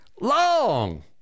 long